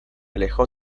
alejó